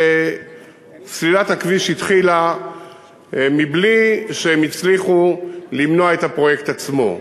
סלילת הכביש התחילה מבלי שהם הצליחו למנוע את הפרויקט עצמו.